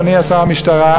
אדוני שר המשטרה,